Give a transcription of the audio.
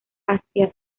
hacia